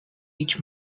each